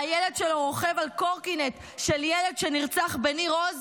והילד שלו רוכב על קורקינט של ילד שנרצח בניר עוז,